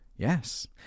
Yes